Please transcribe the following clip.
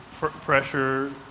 pressure